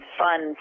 fun